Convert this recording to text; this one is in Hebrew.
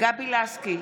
גבי לסקי,